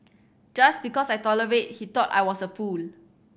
just because I tolerated he thought I was a fool